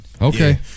Okay